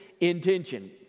intention